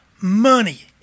money